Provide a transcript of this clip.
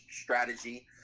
Strategy